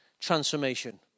transformation